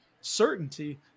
certainty